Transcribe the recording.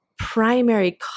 primary